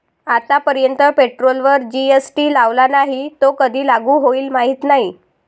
आतापर्यंत पेट्रोलवर जी.एस.टी लावला नाही, तो कधी लागू होईल माहीत नाही